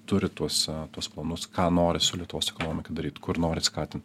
turi tuos tuos planus ką nori su lietuvos ekonomika daryt kur nori skatint